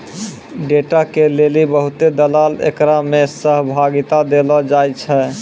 data के लेली बहुते दलाल एकरा मे सहभागिता देलो जाय छै